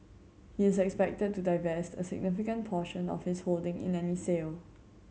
he is expected to divest a significant portion of his holding in any sale